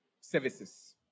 services